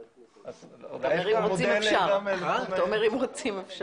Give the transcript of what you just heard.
אתה אומר שאם רוצים אפשר.